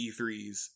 E3s